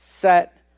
Set